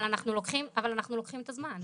אבל אנחנו לוקחים את הזמן.